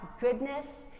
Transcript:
goodness